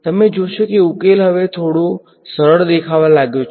તમે જોશો કે ઉકેલ હવે થોડો સરળ દેખાવા લાગ્યો છે